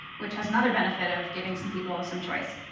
which has another benefit of giving some people some choice.